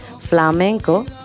Flamenco